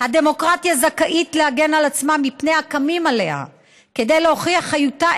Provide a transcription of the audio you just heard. "הדמוקרטיה זכאית להגן על עצמה מפני הקמים עליה"; "כדי להוכיח את חיותה,